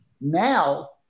now